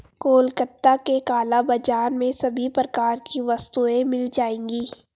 कोलकाता के काला बाजार में सभी प्रकार की वस्तुएं मिल जाएगी